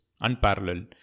unparalleled